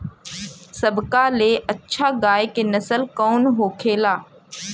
सबका ले अच्छा गाय के नस्ल कवन होखेला?